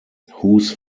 whose